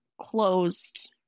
closed